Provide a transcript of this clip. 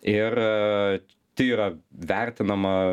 ir tai yra vertinama